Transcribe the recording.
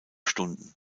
stunden